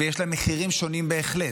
ויש להן מחירים שונים בהחלט.